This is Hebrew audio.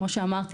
וכמו שאמרתי,